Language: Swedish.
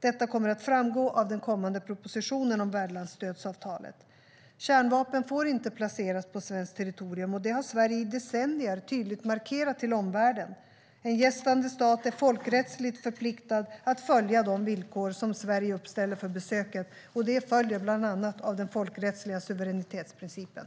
Detta kommer att framgå av den kommande propositionen om värdlandsstödsavtalet. Kärnvapen får inte placeras på svenskt territorium, och det har Sverige i decennier tydligt markerat till omvärlden. En gästande stat är folkrättsligt förpliktad att följa de villkor som Sverige uppställer för besöket. Det följer bland annat av den folkrättsliga suveränitetsprincipen.